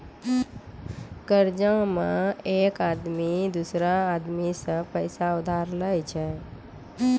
कर्जा मे एक आदमी दोसरो आदमी सं पैसा उधार लेय छै